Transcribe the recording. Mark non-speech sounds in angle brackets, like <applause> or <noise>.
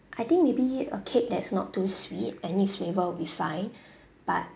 I think maybe a cake that is not too sweet any flavour will be fine <breath> but